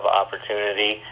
opportunity